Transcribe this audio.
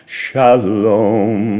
shalom